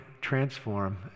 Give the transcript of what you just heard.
transform